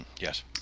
Yes